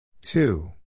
Two